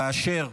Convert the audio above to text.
כאשר